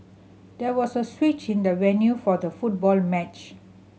there was a switch in the venue for the football match